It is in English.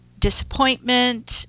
disappointment